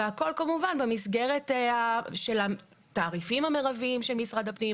והכול כמובן במסגרת של התעריפים המרביים של משרד הפנים,